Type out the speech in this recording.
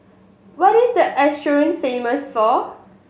what is the Asuncion famous for